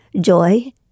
Joy